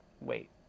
wait